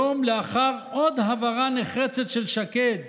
יום לאחר עוד הבהרה נחרצת של שקד